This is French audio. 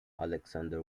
alexander